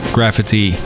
Graffiti